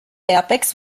airbags